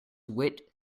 wit